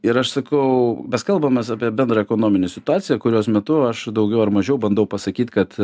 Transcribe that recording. ir aš sakau mes kalbamės apie bendrą ekonominę situaciją kurios metu aš daugiau ar mažiau bandau pasakyt kad